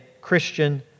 Christian